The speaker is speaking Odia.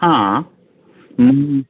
ହଁ ମୁଁ